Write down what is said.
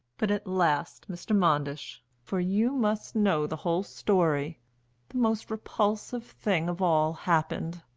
but at last, mr. manders for you must know the whole story the most repulsive thing of all happened.